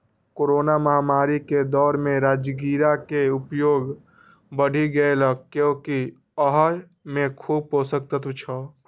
corona महामारी के दौर मे राजगिरा के उपयोग बढ़ि गैले, कियैकि अय मे खूब पोषक तत्व छै